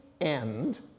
end